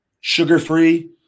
Sugar-free